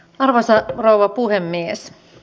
arvoisa rouva puhemies